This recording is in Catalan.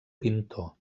pintor